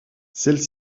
celles